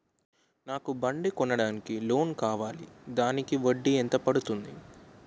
నాకు బండి కొనడానికి లోన్ కావాలిదానికి వడ్డీ ఎంత పడుతుంది?